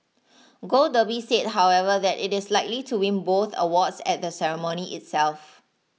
Gold Derby said however that it is likely to win both awards at the ceremony itself